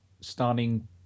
starting